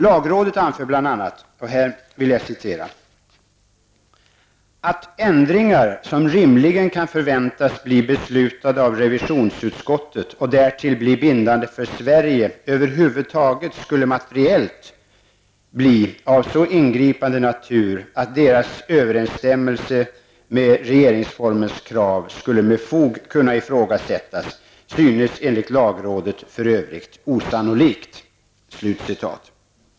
Lagrådet anför bl.a.: Att ändringar som rimligen kan förväntas bli beslutade av revisionsutskottet och därtill bli bindande för Sverige över huvud taget skulle materiellt bli av så ingripande natur att deras överensstämmelse med regeringsformens krav skulle med fog kunna ifrågasättas synes enligt lagrådet för övrigt osannolikt.